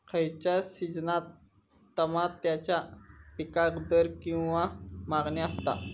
खयच्या सिजनात तमात्याच्या पीकाक दर किंवा मागणी आसता?